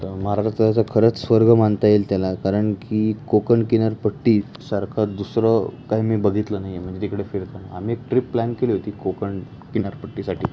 तर महाराष्ट्राचा खरंच स्वर्ग मानता येईल त्याला कारण की कोकण किनारपट्टी सारखं दुसरं काय मी बघितलं नाही आहे म्हणजे तिकडे फिरताना आम्ही एक ट्रीप प्लॅन केली होती कोकण किनारपट्टीसाठी